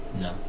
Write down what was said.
No